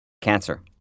cancer